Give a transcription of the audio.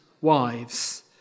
wives